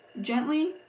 gently